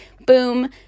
Boom